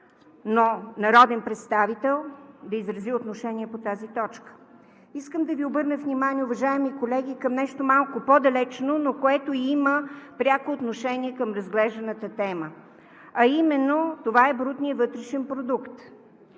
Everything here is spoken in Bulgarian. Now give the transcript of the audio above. но народен представител да изрази отношение по тази точка. Искам да Ви обърна внимание, уважаеми колеги, към нещо малко по-далечно, но което има пряко отношение към разглежданата тема – брутният вътрешен продукт.